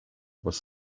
was